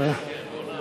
חוק ארגון